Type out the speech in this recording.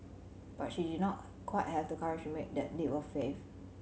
but she did not quite have the courage to make that leap of faith